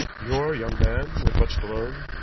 you are a young man with much to learn.